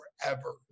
forever